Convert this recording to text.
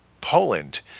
Poland